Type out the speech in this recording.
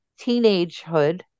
teenagehood